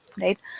right